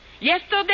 Yesterday